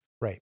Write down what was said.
Right